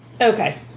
Okay